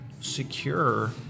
secure